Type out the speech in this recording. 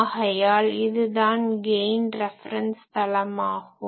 ஆகையால் இதுதான் gain reference தளமாகும்